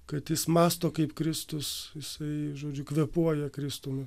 kad jis mąsto kaip kristus jisai žodžiu kvėpuoja kristumi